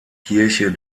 kirche